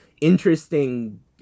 interesting